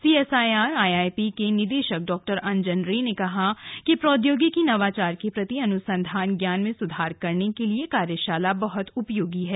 CSIR IIP के निदेशक डा अंजन रे ने कहा कि प्रौद्योगिकी नवाचार के प्रति अनुसंधान ज्ञान में सुधार करने के लिए कार्यशाला बहुत उपयोगी है